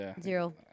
Zero